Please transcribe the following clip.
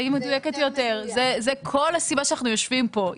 לוקחים את הכסף ממשרד אחד או יותר ומשתמשים בו לצורך משהו אחר.